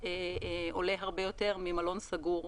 עולה הרבה יותר ממלון סגור.